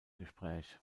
gespräch